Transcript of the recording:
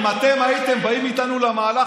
אם אתם הייתם באים איתנו למהלך,